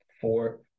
four